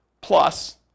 Plus